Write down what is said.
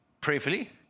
prayerfully